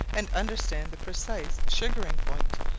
and understand the precise sugaring point,